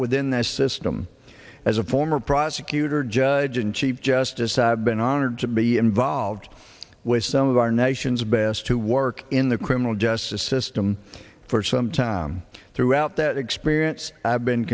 within the system as a former prosecutor judge and chief justice i've been honored to be involved with some of our nation's best who work in the criminal justice system for some time throughout that experience i've been